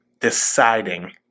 deciding